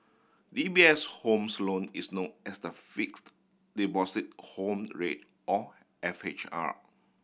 D B S homes loan is known as the Fixed Deposit Home Rate or F H R